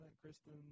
Kristen